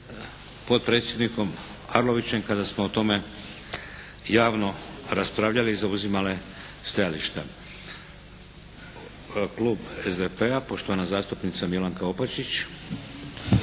potpredsjednikom Arlovićem kada smo o tome javno raspravljali i zauzimali stajališta. Klub SDP-a, poštovana zastupnica Milanka Opačić.